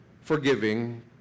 forgiving